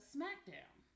Smackdown